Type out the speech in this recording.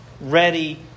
ready